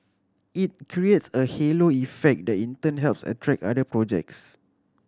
it creates a halo effect that in turn helps attract other projects